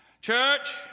Church